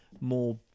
more